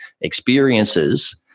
experiences